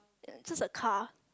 just a car